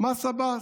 "מס עבאס".